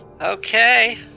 Okay